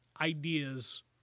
ideas